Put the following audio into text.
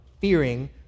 fearing